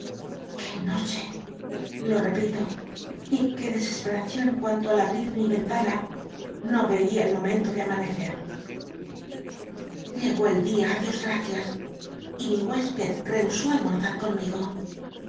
qué noche lo repito y qué dcscspctacion cuando al ia el momento de amanece abrit mi ventana no i'c y mi huésped rehugracias llegó el dia á dios marcbat'sc se mu al salió só almor tar conmigo